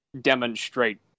demonstrate